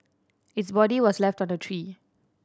its body was left on a tree